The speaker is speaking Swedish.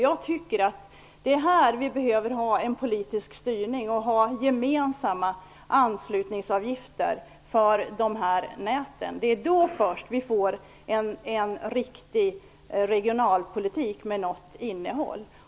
Jag tycker att vi behöver ha en politisk styrning för att få gemensamma anslutningsavgifter för näten. Först då får vi en riktig regionalpolitik med ett innehåll.